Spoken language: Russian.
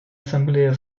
ассамблея